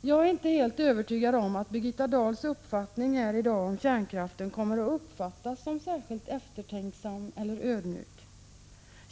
Jag är inte helt övertygad om att Birgitta Dahls uppfattning om kärnkraften här i dag kommer att uppfattas som särskilt eftertänksam eller ödmjuk.